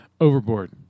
overboard